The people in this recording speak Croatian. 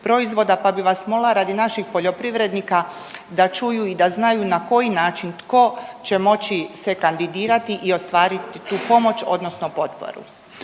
pa bih vas molila radi naših poljoprivrednika da čuju i da znaju na koji način tko će moći se kandidirati i ostvariti tu pomoć, odnosno potporu.